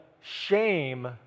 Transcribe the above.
shame